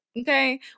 Okay